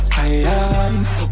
Science